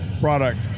product